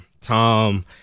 Tom